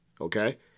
Okay